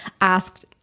asked